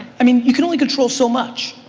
i mean you can only control so much,